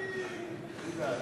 אני בעד.